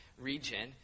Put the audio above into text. region